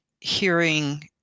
hearing